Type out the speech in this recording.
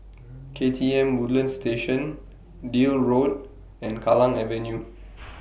K T M Woodlands Station Deal Road and Kallang Avenue